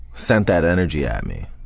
sent that energy at me,